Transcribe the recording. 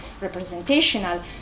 representational